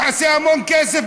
תעשה המון כסף,